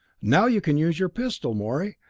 now you can use your pistol, morey,